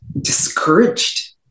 discouraged